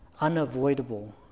unavoidable